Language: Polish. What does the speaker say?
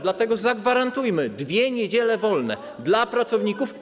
Dlatego zagwarantujmy dwie niedziele wolne dla pracowników.